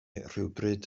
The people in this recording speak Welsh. rhywbryd